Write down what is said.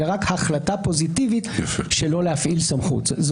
אלא רק החלטה פוזיטיבית שלא להפעיל סמכות.